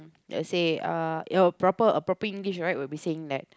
let's say uh your proper a properly English right will be saying that